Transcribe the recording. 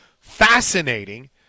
fascinating